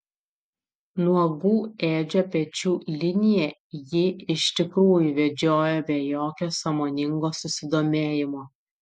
nuogų edžio pečių liniją ji iš tikrųjų vedžiojo be jokio sąmoningo susidomėjimo